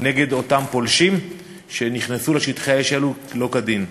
נגד אותם פולשים שנכנסו לשטחי האש האלו שלא כדין.